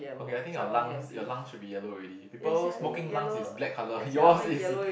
okay I think your lungs your lung should be yellow already people smoking lungs is black colour yours is